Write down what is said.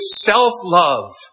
self-love